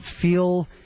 feel